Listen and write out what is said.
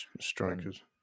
Strikers